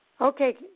Okay